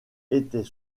était